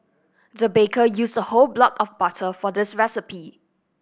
the baker used a whole block of butter for this recipe